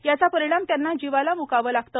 याचा परिणाम त्यांना जीवाला मुकावे लागते